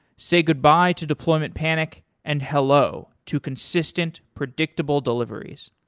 say goodbye to deployment panic and hello to consistent predictable deliveries.